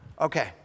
Okay